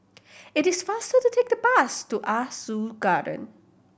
it is faster to take the bus to Ah Soo Garden